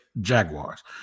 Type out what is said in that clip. Jaguars